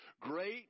great